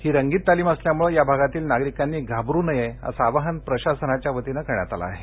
ही रंगीत तालीम असल्यामुळं या भागातील नागरिकांनी घाबरु नये असं आवाहन प्रशासनाच्या वतीनं करण्यात आलं आहे